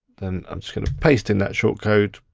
then i'm just gonna paste in that short code,